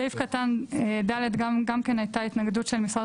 בסעיף קטן (ד) גם כן הייתה התנגדות של משרד